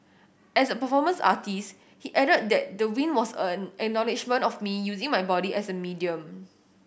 as a performance artist he added that the win was an acknowledgement of me using my body as a medium